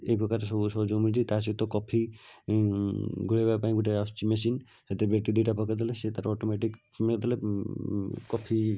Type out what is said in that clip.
ଏଇ ପ୍ରକାର ସବୁ ସହଯୋଗ ମିଳୁଛି ତା ସହିତ କଫି ଗୋଳାଇବା ପାଇଁ ଗୋଟେ ଆସୁଛି ମେସିନ୍ ସେଥିରେ ବ୍ୟାଟେରୀ ଦୁଇଟା ପକାଇଦେଲେ ସେ ତାର ଅଟୋମେଟିକ୍ କଫି